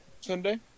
Sunday